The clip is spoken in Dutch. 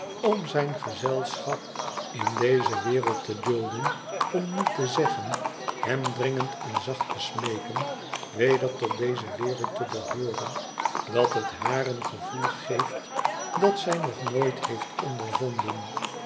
om zijn gezelschap in deze wereld te dulden om niet te zeggen hem dringend en zacht te smeeken weder tot deze wereld te behooren dat het haar een gevoel geeft dat zij nog nooit heeft ondervonden